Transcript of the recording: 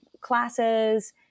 classes